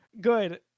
good